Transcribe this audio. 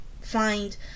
find